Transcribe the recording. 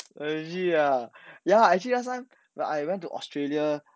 legit ah ya actually last time like I went to australia